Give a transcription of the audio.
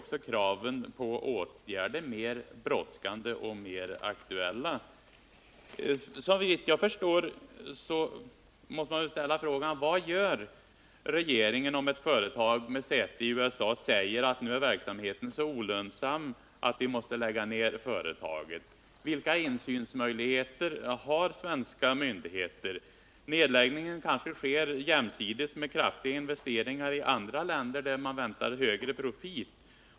Kraven på åtgärder blir därför ännu mer aktuella. Såvitt jag förstår måste man fråga sig: Vad gör regeringen om ett företag med säte i USA säger att verksamheten nu är så olönsam att företaget måste läggas ned? Vilka insynsmöjligheter har de svenska myndigheterna? Nedläggningen sker kanske samtidigt som det görs kraftiga investeringar i andra länder, där man väntar högre profit.